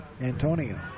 Antonio